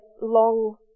long